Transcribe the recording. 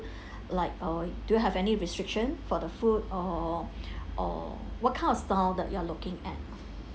like or do you have any restriction for the food or or what kind of style that you are looking at